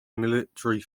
military